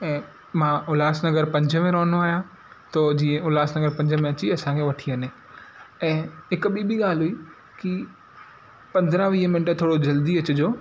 ऐं मां उल्हासनगर पंज में रहंदो आहियां त जीअं उल्हासनगर पंज में अची असांखे वठी वञे ऐं हिकु ॿीं बि ॻाल्ह हुई की पंद्रहां वीह मिंट थोरो जल्दी अचिजो